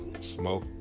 smoke